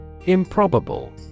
Improbable